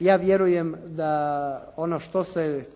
Ja vjerujem da ono što se